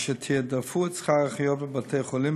אשר תעדפו את שכר האחיות בבתי-החולים